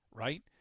Right